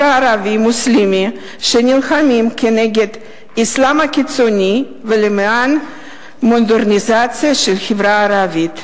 הערבי-מוסלמי שנלחמים כנגד האסלאם הקיצוני ולמען מודרניזציה של החברה הערבית,